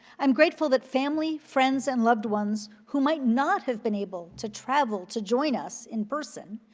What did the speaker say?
i'm grateful that family, friends, and loved ones, who might not have been able to travel to join us in person,